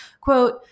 quote